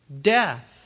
Death